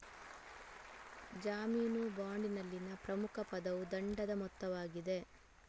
ಜಾಮೀನು ಬಾಂಡಿನಲ್ಲಿನ ಪ್ರಮುಖ ಪದವು ದಂಡದ ಮೊತ್ತವಾಗಿದೆ